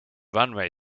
runway